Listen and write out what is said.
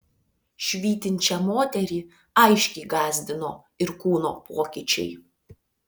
švytinčią moterį aiškiai gąsdino ir kūno pokyčiai